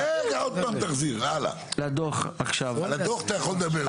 על דוח אתה יכול לדבר.